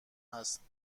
هست